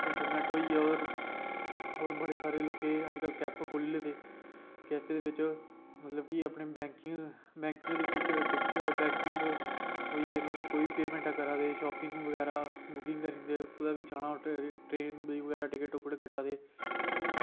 internet होइया होर होर बड़े सारे अज्जकल जेह्ड़े कैफे खुल्ले दे कैफे बिच मतलब की अपनी बैंकिंग बैंकिंग दी मतलब कोई बी पेमैंट करा दे शॉपिंग बगैरा बुकिंग करिये कुदै बी जाना होऐ ते ट्रेन दी बगैरा टिकट कट्टा दे